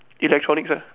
electronics ah